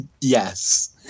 Yes